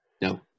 No